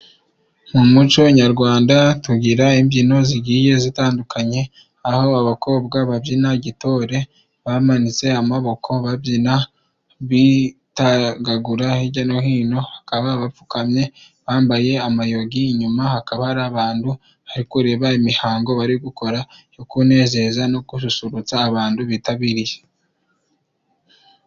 Mu muco nyarwanda tugira imbyino zigiye zitandukanye, aho abakobwa babyina gitore bamanitse amaboko, babyina bitagagura hirya no hino bapfukamye bambaye amayigi inyuma hakaba hari abantu, ariko kureba imihango bari gukora yo kunezeza no gususurutsa abantu bitabiriye.